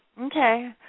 Okay